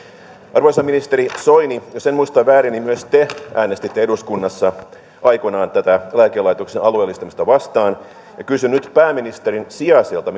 arvoisa ministeri soini jos en muista väärin niin myös te äänestitte eduskunnassa aikoinaan tätä lääkelaitoksen alueellistamista vastaan ja kysyn nyt pääministerin sijaiselta